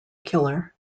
killer